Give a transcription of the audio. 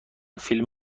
فیلم